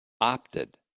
opted